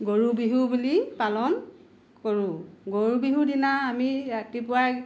গৰু বিহু বুলি পালন কৰোঁ গৰু বিহু দিনা আমি ৰাতিপুৱাই